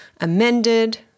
amended